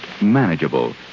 manageable